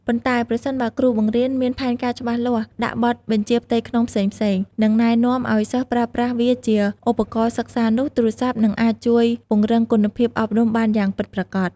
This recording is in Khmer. ប៉ុន្តែប្រសិនបើគ្រូបង្រៀនមានផែនការច្បាស់លាស់ ដាក់បទបញ្ជាផ្ទៃក្នុងផ្សេងៗ និងណែនាំឲ្យសិស្សប្រើប្រាស់វាជាឧបករណ៍សិក្សានោះទូរស័ព្ទ នឹងអាចជួយពង្រឹងគុណភាពអប់រំបានយ៉ាងពិតប្រាកដ។